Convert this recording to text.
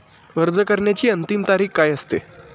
अर्ज करण्याची अंतिम तारीख काय असते?